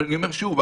אבל אני אומר שוב,